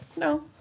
No